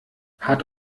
hat